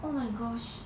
oh my gosh